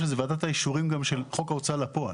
שזו ועדת האישורים גם של חוק ההוצאה לפועל?